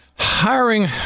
Hiring